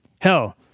Hell